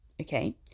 okay